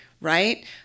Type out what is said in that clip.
right